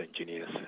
engineers